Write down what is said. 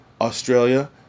Australia